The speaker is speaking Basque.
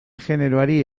generoari